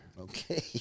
Okay